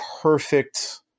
perfect